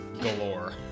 galore